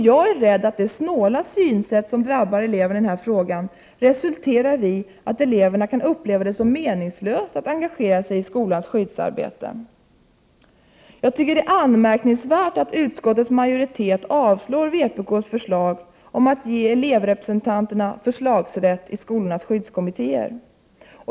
Jag är rädd att det snåla synsätt som drabbar eleverna i den här frågan resulterar i att eleverna kan uppleva det som meningslöst att engagera sig i skolans skyddsarbete. Jag tycker att det är anmärkningsvärt att utskottets majoritet avslår vpk:s förslag om att ge elevrepresentanterna förslagsrätt i skolornas skyddskommittéer.